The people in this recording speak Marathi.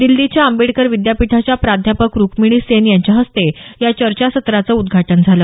दिल्लीच्या आंबेडकर विद्यापीठाच्या प्राध्यापक रुख्मीनी सेन यांच्या हस्ते या चर्चासत्राचं उद्घाटन झालं